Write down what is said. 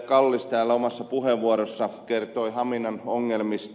kallis omassa puheenvuorossaan kertoi haminan ongelmista